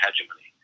hegemony